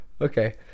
Okay